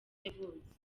yavutse